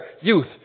youth